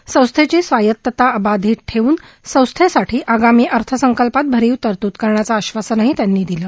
या संस्थेची स्वायत्तता अबाधित ठेवून संस्थेकरता आगामी अर्थसंकल्पात भरीव तरतूद करण्याचं आश्वासनही त्यांनी दिलं